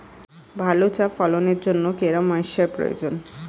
ভালো চা ফলনের জন্য কেরম ময়স্চার প্রয়োজন?